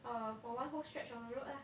err for one whole stretch on the road ah